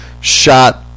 shot